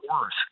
worse